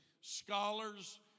scholars